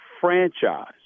franchise